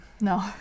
no